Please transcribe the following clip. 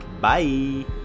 bye